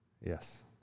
Yes